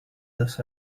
this